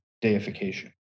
deification